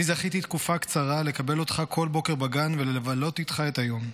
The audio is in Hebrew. אני זכיתי תקופה קצרה לקבל אותך כל בוקר בגן ולבלות איתך את היום.